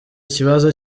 ikibazo